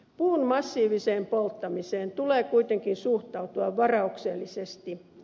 puun massiiviseen polttamiseen tulee kuitenkin suhtautua varauksellisesti